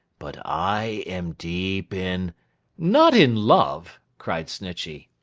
but i am deep in not in love cried snitchey.